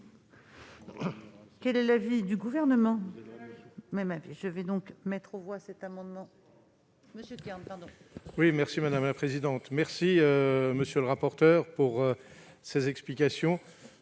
Quel est l'avis du Gouvernement ?